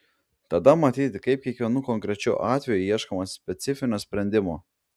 tada matyti kaip kiekvienu konkrečiu atveju ieškoma specifinio sprendimo